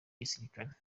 gisirikare